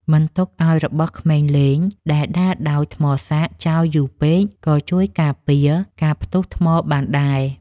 មិនទុកឱ្យរបស់ក្មេងលេងដែលដើរដោយថ្មសាកចោលយូរពេកក៏ជួយការពារការផ្ទុះថ្មបានដែរ។